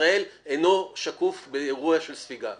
ישראל אינו שקוף באירוע של ספיגה,